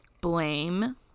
blame